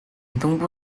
东部